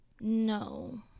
No